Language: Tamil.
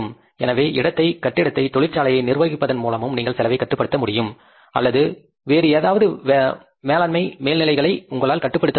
எனவே இடத்தை கட்டிடத்தை தொழிற்சாலையை நிர்வகிப்பதன் மூலமும் நீங்கள் செலவை கட்டுப்படுத்த முடியும் அல்லது வேறு ஏதாவது மேளாண்மை மேல் நிலைகளை உங்களால் கட்டுப்படுத்த முடியும்